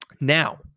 Now